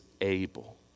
able